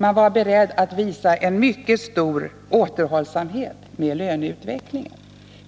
Man var beredd att visa en mycket stor återhållsamhet i fråga om löneutvecklingen,